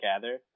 gather